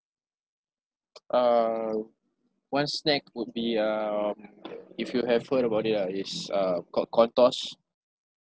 uh one snack would be um if you have heard about it ah it's uh called coin toss